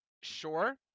sure